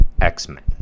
x-men